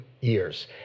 years